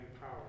power